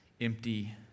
empty